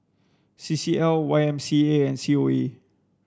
C C L Y M C A and C O A